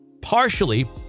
partially